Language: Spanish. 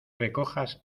recojas